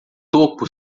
topo